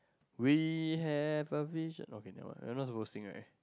we have a vision okay never mind you all know how to sing right